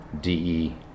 D-E